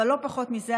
אבל לא פחות מזה,